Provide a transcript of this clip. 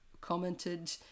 commented